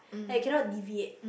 like you cannot deviate